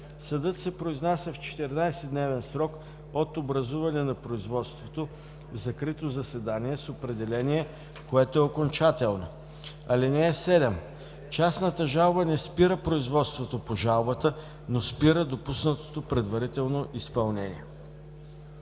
Съдът се произнася в 14-дневен срок от образуване на производството в закрито заседание с определение, което е окончателно. (7) Частната жалба не спира производството по жалбата, но спира допуснатото предварително изпълнение.“